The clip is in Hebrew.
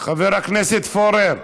חבר הכנסת פורר,